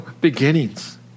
beginnings